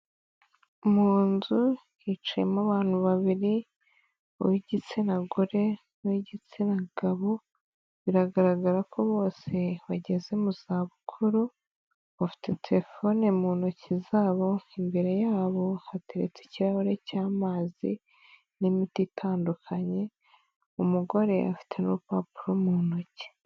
Mu nzu hicayemo abantu babiri b'igitsina gore n'uw'igitsina gabo, biragaragara ko bose bageze mu zabukuru, bafite telefone mu ntoki zabo imbere yabo hateretse ikirahure cy'amazi n'imiti itandukanye, umugore afite n'urupapuro mu ntoki.